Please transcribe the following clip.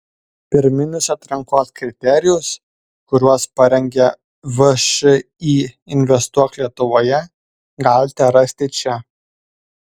pirminius atrankos kriterijus kuriuos parengė všį investuok lietuvoje galite rasti čia